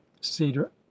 cedar